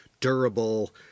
durable